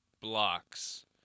blocks